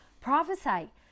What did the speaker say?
Prophesy